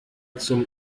zum